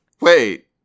Wait